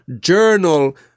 journal